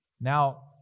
Now